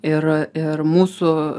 ir ir mūsų